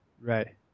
Right